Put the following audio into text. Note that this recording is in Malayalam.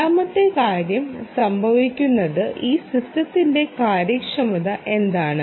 രണ്ടാമത്തെ കാര്യം സംഭവിക്കുന്നത് ഈ സിസ്റ്റത്തിന്റെ കാര്യക്ഷമത എന്താണ്